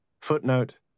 Footnote